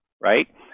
right